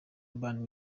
urban